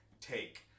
take